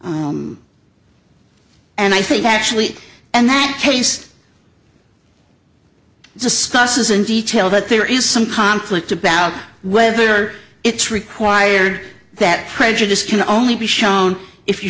t and i think actually and that case the spouse is in detail but there is some conflict about whether it's required that prejudice can only be shown if you